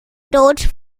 tod